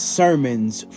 sermons